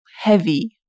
heavy